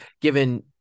given